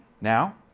Now